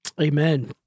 Amen